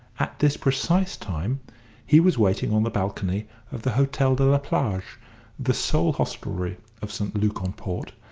at this precise time he was waiting on the balcony of the hotel de la plage the sole hostelry of st. luc-en-port,